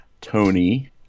Tony